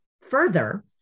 further